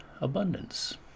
abundance